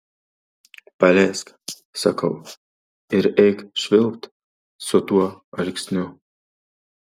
paleisk sakau ir eik švilpt su tuo alksniu